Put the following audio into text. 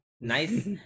nice